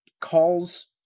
calls